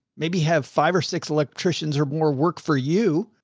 maybe have five or six electricians or more work for you.